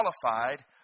qualified